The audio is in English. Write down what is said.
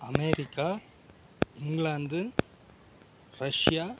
America England Russia